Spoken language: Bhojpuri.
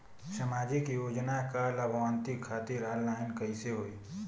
सामाजिक योजना क लाभान्वित खातिर ऑनलाइन कईसे होई?